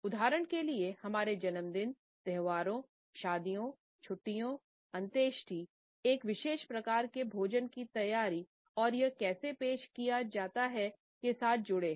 उदाहरण के लिए हमारे जन्मदिन त्योहारों शादियों छुट्टियों अंत्येष्टि एक विशेष प्रकार की भोजन की तैयारी और यह कैसे पेश किया जाता है के साथ जुड़े हैं